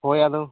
ᱦᱳᱭ ᱟᱫᱚ